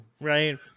right